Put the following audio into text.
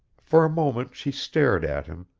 for a moment she stared at him,